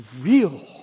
real